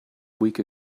week